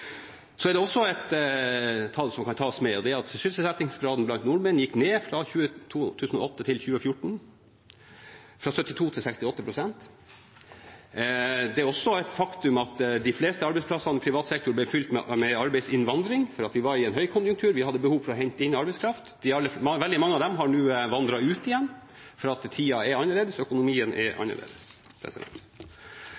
er det et annet tall som også kan tas med, og det er at sysselsettingsgraden blant nordmenn gikk ned fra 2008 til 2014, fra 72 pst til 68 pst. Det er også et faktum at de fleste arbeidsplassene i privat sektor ble fylt på grunn av arbeidsinnvandring, for vi var i en høykonjunktur og hadde behov for å hente inn arbeidskraft. Veldig mange av dem har nå utvandret igjen fordi tida er annerledes, og økonomien er